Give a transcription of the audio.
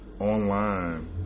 online